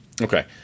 Okay